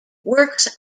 works